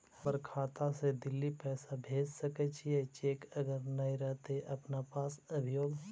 हमर खाता से दिल्ली पैसा भेज सकै छियै चेक अगर नय रहतै अपना पास अभियोग?